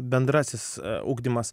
bendrasis ugdymas